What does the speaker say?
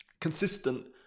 consistent